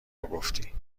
گفتی